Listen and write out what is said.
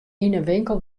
winkel